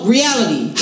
Reality